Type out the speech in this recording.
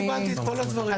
לא קיבלתי את כל הדברים.